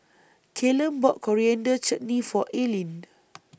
Callum bought Coriander Chutney For Ailene